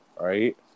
right